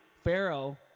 Pharaoh